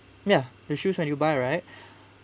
ya the shoes when you buy right